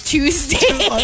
Tuesday